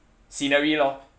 scenery lor